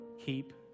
keep